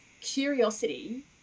curiosity